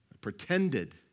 pretended